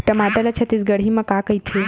टमाटर ला छत्तीसगढ़ी मा का कइथे?